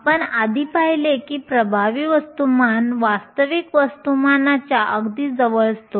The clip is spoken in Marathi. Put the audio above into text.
आपण आधी पाहिले की प्रभावी वस्तुमान वास्तविक वस्तुमानाच्या अगदी जवळचा असतो